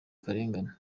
akarengane